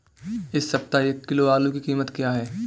इस सप्ताह एक किलो आलू की कीमत क्या है?